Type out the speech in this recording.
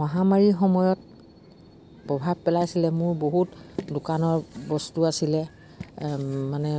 মহামাৰীৰ সময়ত প্ৰভাৱ পেলাইছিলে মোৰ বহুত দোকানৰ বস্তু আছিলে মানে